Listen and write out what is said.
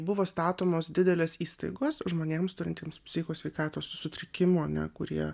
buvo statomos didelės įstaigos žmonėms turintiems psicho sveikatos sutrikimų kurie